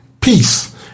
peace